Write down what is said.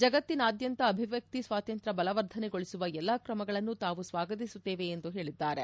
ಜಗತ್ತಿನಾದ್ಯಂತ ಅಭಿವ್ಯಕ್ತಿ ಸ್ವಾತಂತ್ರ ಬಲವರ್ಧನೆಗೊಳಿಸುವ ಎಲ್ಲ ಕ್ರಮಗಳನ್ನು ತಾವು ಸ್ವಾಗತಿಸುತ್ತೇವೆ ಎಂದು ಹೇಳಿದ್ದಾರೆ